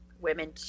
women